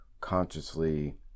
consciously